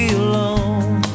alone